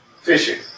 fishing